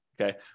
Okay